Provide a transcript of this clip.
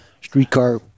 streetcar